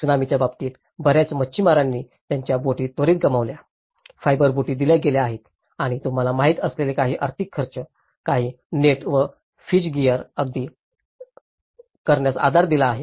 त्सुनामीच्या बाबतीत बर्याच मच्छीमारांनी त्यांच्या बोटी त्वरित गमावल्या फायबर बोटी दिल्या गेल्या आहेत आणि तुम्हाला माहिती असलेले काही आर्थिक खर्च काही नेट व फिश गियर खरेदी करण्यास आधार दिला आहे